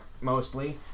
mostly